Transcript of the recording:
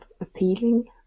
appealing